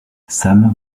sam